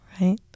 right